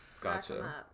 Gotcha